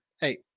hey